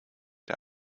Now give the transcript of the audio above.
der